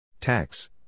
Tax